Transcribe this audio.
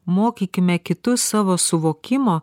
mokykime kitus savo suvokimo